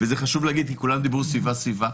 וחשוב להגיד כי כולם דיברו "סביבה", "סביבה".